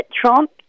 Trump